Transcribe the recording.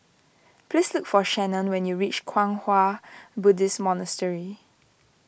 please look for Shannon when you reach Kwang Hua Buddhist Monastery